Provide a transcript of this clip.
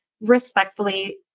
respectfully